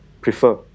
prefer